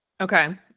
Okay